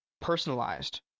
personalized